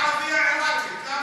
את ערבייה, עיראקית, למה?